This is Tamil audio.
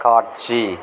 காட்சி